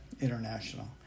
international